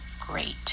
great